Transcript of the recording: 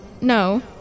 No